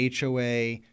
HOA